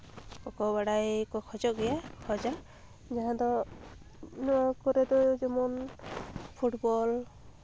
ᱚᱠᱚᱭ ᱵᱟᱲᱟᱭ ᱠᱚ ᱠᱷᱚᱡᱚᱜ ᱜᱮᱭᱟ ᱠᱷᱚᱡᱟ ᱡᱟᱦᱟᱸ ᱫᱚ ᱱᱚᱣᱟ ᱠᱚᱨᱮᱫᱚ ᱡᱮᱢᱚᱱ ᱯᱷᱩᱴᱵᱚᱞ